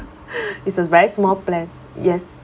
it's a very small plan yes